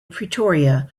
pretoria